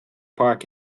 park